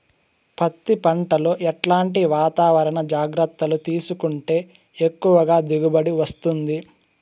పత్తి పంట లో ఎట్లాంటి వాతావరణ జాగ్రత్తలు తీసుకుంటే ఎక్కువగా దిగుబడి వస్తుంది?